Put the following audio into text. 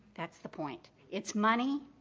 that's the point. it's money,